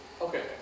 Okay